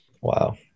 Wow